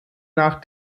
nach